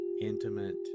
intimate